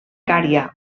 cària